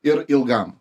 ir ilgam